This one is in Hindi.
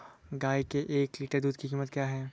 गाय के एक लीटर दूध की कीमत क्या है?